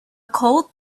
cold